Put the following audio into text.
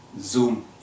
Zoom